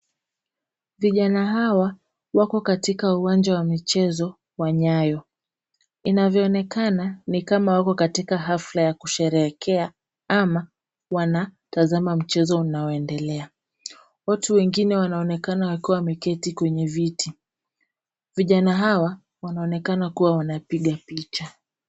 Vijana hawa wako katika uwanja wa michezo wa Nyayo. Inavyoonekana ni kama wako katika hafla ya kusherehekea ama wanatazama mchezo unaoendelea. Watu wengine wanaonekana wakiwa wameketi kwenye viti. Vijana hawa wanaonekana kuwa wanapiga picha.